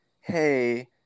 hey